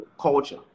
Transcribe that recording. culture